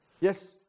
Yes